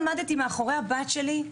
ואני עמדתי מאחורי הבת שלי.